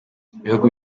ibihugu